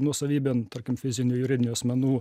nuosavybėn tarkim fizinių juridinių asmenų